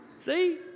See